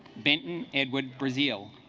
benton edward brazil